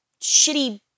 shitty